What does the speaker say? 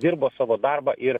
dirbo savo darbą ir